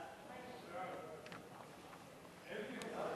חוק נכי רדיפות